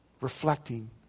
Reflecting